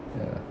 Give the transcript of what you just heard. ya